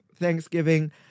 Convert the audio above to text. Thanksgiving